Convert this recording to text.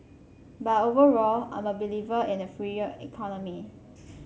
but overall I'm a believer in a freer economy